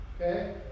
Okay